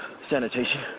Sanitation